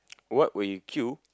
what would you queue